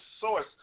source